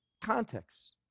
Context